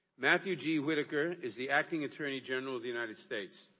matthew g whitaker is the acting attorney general of the united states.